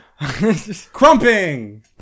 Crumping